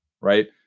Right